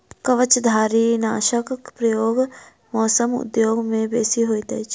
कवचधारीनाशकक प्रयोग मौस उद्योग मे बेसी होइत अछि